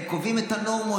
הם קובעים את הנורמות.